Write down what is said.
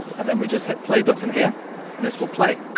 and then we just hit play button here and this will play.